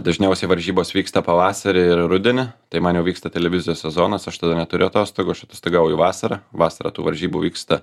dažniausiai varžybos vyksta pavasarį ir rudenį tai man jau vyksta televizijos sezonas aš tada neturiu atostogų aš atostogauju vasarą vasarą tų varžybų vyksta